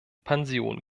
pension